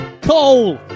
Cole